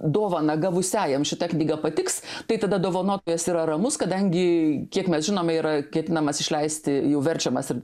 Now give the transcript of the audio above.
dovaną gavusiajam šita knyga patiks tai tada dovanotojas yra ramus kadangi kiek mes žinome yra ketinamas išleisti jau verčiamas ir